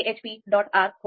R' ખોલીએ